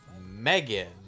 Megan